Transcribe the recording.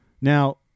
Now